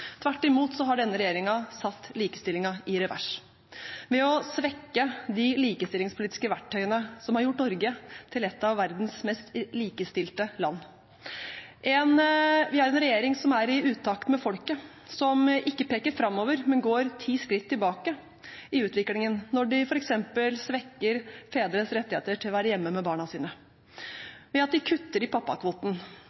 Tvert imot har denne regjeringen satt likestillingen i revers med å svekke de likestillingspolitiske verktøyene som har gjort Norge til et av verdens mest likestilte land. Vi har en regjering som er i utakt med folket, som ikke peker framover, men som går ti skritt tilbake i utviklingen når de f.eks. svekker fedres rett til å være hjemme med barna sine,